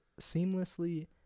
seamlessly